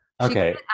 okay